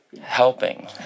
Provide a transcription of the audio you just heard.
helping